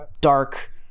dark